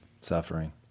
suffering